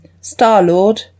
Star-Lord